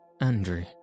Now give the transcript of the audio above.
Andrew